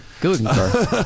Good